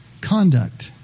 conduct